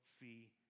see